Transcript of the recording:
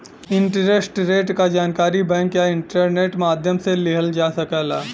interest rate क जानकारी bank या इंटरनेट माध्यम से लिहल जा सकला